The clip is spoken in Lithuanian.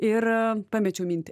ir pamečiau mintį